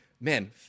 man